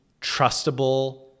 trustable